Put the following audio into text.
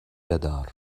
بدار